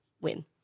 win